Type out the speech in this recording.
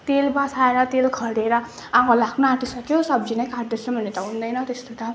तेल बसाएर तेल खरिएर आगो लाग्न आँटिसक्यो सब्जी नै काट्दैछौँ भने त हुँदैन त्यस्तो त